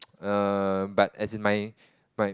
err but as in my my